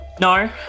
No